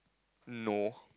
no